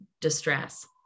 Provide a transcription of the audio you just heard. distress